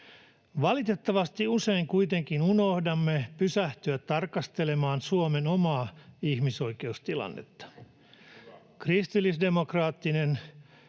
Valitettavasti usein kuitenkin unohdamme pysähtyä tarkastelemaan Suomen omaa ihmisoikeustilannetta. Kristillisdemokraattinen